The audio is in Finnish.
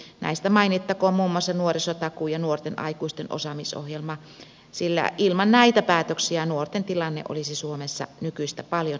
näistä mainittakoon muun muassa nuorisotakuu ja nuorten aikuisten osaamisohjelma sillä ilman näitä päätöksiä nuorten tilanne olisi suomessa nykyistä paljon heikompi